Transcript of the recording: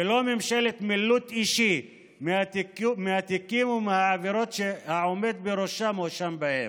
ולא ממשלת מילוט אישי מהתיקים ומהעבירות שהעומד בראשה מואשם בהם.